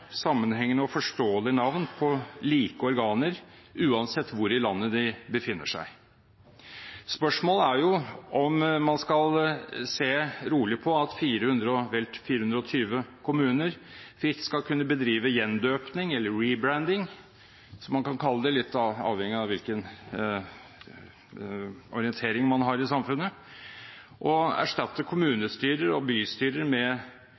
sammenhengende og forståelige navn på like organer, uansett hvor i landet de befinner seg. Spørsmålet er jo om man skal se rolig på at vel 420 kommuner fritt skal kunne bedrive gjendåp eller «rebranding», som man kan kalle det, litt avhengig av hvilken orientering man har i samfunnet, og erstatte kommunestyrer og bystyrer med